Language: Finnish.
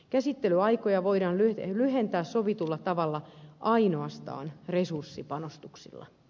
käsittelyaikoja voidaan lyhentää sovitulla tavalla ainoastaan resurssipanostuksilla